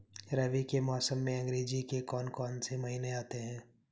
रबी के मौसम में अंग्रेज़ी के कौन कौनसे महीने आते हैं?